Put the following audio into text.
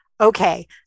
okay